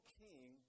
king